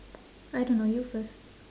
I don't know you first